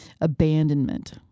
abandonment